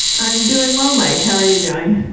i'm doing well, mike. how are you doing?